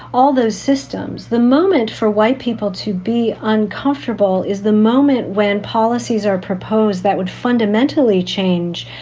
all those systems. the moment for white people to be uncomfortable is the moment when policies are proposed that would fundamentally change.